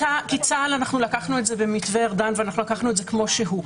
כי צה"ל אנחנו לקחנו את זה במתווה ארדן ואנחנו לקחנו את זה כמו שהוא.